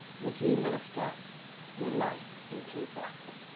would you minister your life into that.